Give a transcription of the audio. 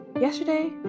Yesterday